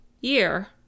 year